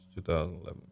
2011